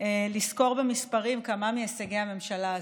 לסקור במספרים כמה מהישגי הממשלה הזו.